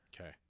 okay